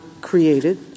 created —